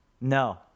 No